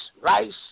rice